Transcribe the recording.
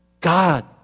God